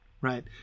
right